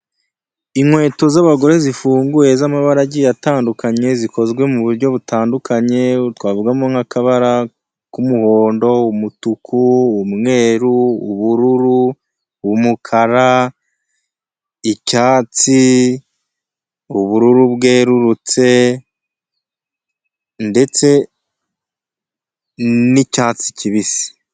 Inkweto z'abagore zifunguye z'amabara agiye atandukanye, zikozwe mu buryo butandukanye, twavugamo nk'akabara k'umuhondo, umutuku, umweru, ubururu, umukara, icyatsi, ubururu bwerurutse ndetse n'icyatsi kibisi.